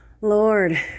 Lord